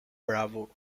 bravo